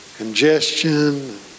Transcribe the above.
congestion